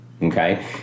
Okay